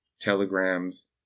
telegrams